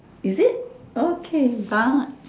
is it okay but